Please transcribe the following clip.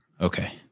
Okay